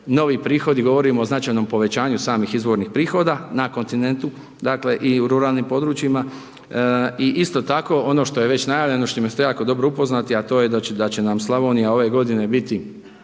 novi prihodi, govorimo o značajnom povećanju samih izvornih prihoda na kontinentu, dakle i u ruralnim područjima. I isto tako ono što je već najavljeno, s čime ste jako dobro upoznati a to je da će nam Slavonija ove godine biti